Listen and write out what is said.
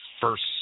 first